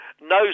No